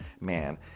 man